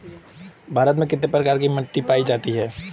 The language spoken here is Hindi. भारत में कितने प्रकार की मिट्टी पायी जाती है?